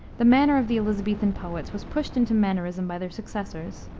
the manner of the elisabethan poets was pushed into mannerism by their successors.